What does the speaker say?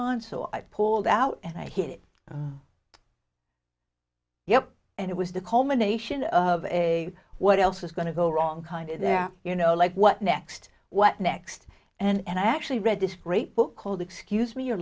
on so i pulled out and i hit it yeah and it was the culmination of a what else was going to go wrong kind of there you know like what next what next and i actually read this great book called excuse me your